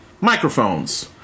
microphones